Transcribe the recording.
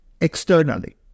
externally